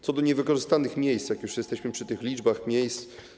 Co do niewykorzystanych miejsc, jak już jesteśmy przy tych liczbach miejsc.